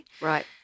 Right